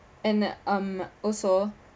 and um also